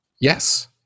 Yes